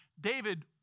David